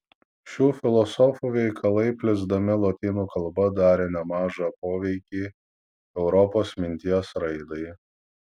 šių filosofų veikalai plisdami lotynų kalba darė nemažą poveikį europos minties raidai